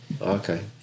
Okay